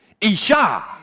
Isha